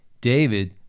David